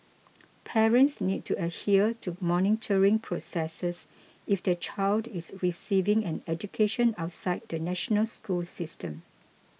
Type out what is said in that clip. parents need to adhere to monitoring processes if their child is receiving an education outside the national school system